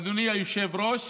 אדוני היושב-ראש,